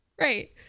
Right